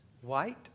White